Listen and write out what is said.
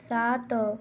ସାତ